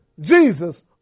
Jesus